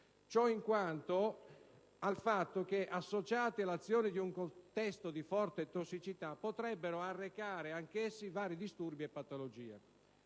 Ciò perché, se associati all'azione di un contesto di forte tossicità, potrebbero arrecare anch'essi vari disturbi e patologie.